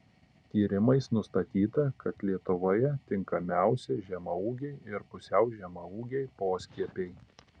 tyrimais nustatyta kad lietuvoje tinkamiausi žemaūgiai ir pusiau žemaūgiai poskiepiai